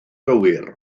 gywir